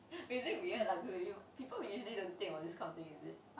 is it weird like do people we usually don't think about this kind of thing is it